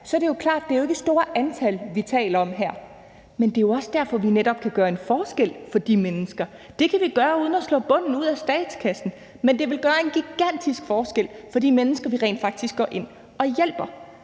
så er det klart, at det ikke er store antal, vi taler om her. Men det er jo netop også derfor, at vi kan gøre en forskel for de mennesker; det kan vi gøre uden at slå bunden ud af statskassen. Men det vil gøre en gigantisk forskel for de mennesker, vi rent faktisk går ind og hjælper.